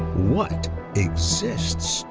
what exists